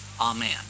Amen